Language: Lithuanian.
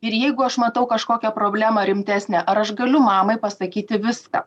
ir jeigu aš matau kažkokią problemą rimtesnę ar aš galiu mamai pasakyti viską